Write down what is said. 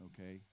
Okay